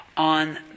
on